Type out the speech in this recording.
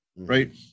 right